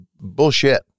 Bullshit